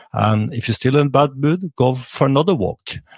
and if you're still in bad mood, go for another walk.